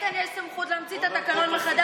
לאיתן יש סמכות להמציא את התקנון מחדש.